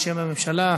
בשם הממשלה,